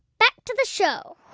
back to the show